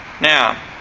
Now